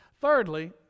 Thirdly